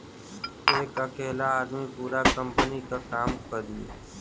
एक अकेला आदमी पूरा कंपनी क काम करी